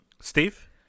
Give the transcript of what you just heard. Steve